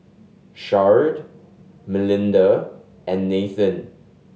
Sharde Melinda and Nathen